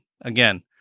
Again